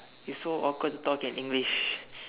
it's so awkward to talk in English